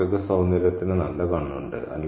കാക്കയ്ക്ക് സൌന്ദര്യത്തിന് നല്ല കണ്ണുണ്ട്